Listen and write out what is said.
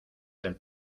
del